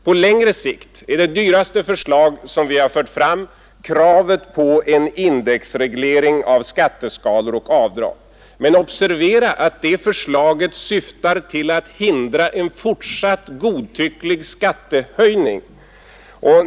På längre sikt är det dyraste förslag som vi har fört fram kravet på en indexreglering av skatteskalor och avdrag. Men observera att det förslaget syftar till att hindra en fortsatt godtycklig skattehöjning!